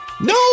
No